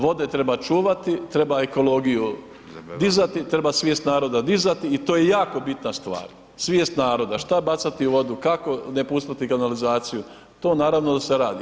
Vode treba čuvati, treba ekologiju dizati, treba svijest naroda dizati i to je jako bitna stvar, svijest naroda, šta bacati u vodu, kako ne pustiti u kanalizaciju to naravno da se radi.